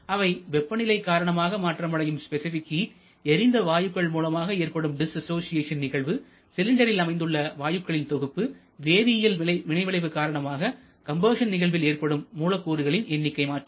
அவை வெப்பநிலை காரணமாக மாற்றமடையும் ஸ்பெசிபிக் ஹீட் எரிந்த வாயுக்கள் மூலமாக ஏற்படும் டிஸ்அசோஷியேஷன் நிகழ்வுசிலிண்டரில் அமைந்துள்ள வாயுக்களின் தொகுப்புவேதியியல் வினைவிளைவு காரணமாக கம்பஷன் நிகழ்வில் ஏற்படும் மூலக்கூறுகளின் எண்ணிக்கை மாற்றம்